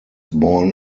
born